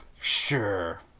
Sure